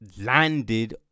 landed